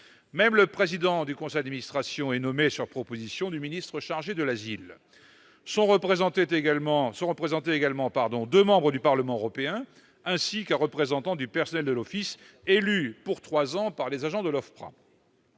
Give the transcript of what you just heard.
Même le président du conseil d'administration est nommé sur proposition du ministre chargé de l'asile. Siègent également deux membres du Parlement européen, ainsi qu'un représentant du personnel de l'OFPRA, élu pour trois ans par les agents de l'Office,